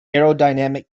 aerodynamic